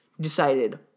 decided